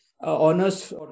honors